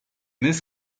this